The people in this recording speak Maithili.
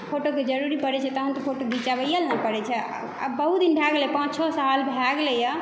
फोटोके जरूरी परै छै तहन तऽ फोटो घीचाबै लए परै छै आब बहुत दिन भऽ गेलैया पाँच छओ साल भऽ गेलैया